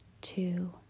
two